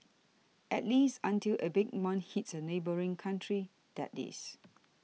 at least until a big one hits a neighbouring country that is